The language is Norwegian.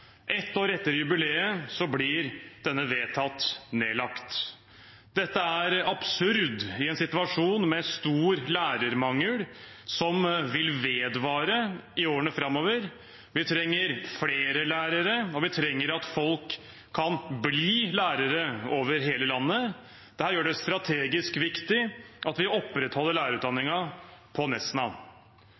år etter jubileet blir denne vedtatt nedlagt. Dette er absurd i en situasjon med stor lærermangel, som vil vedvare i årene framover. Vi trenger flere lærere, og vi trenger at folk kan bli lærere over hele landet. Dette gjør det strategisk viktig at vi opprettholder lærerutdanningen på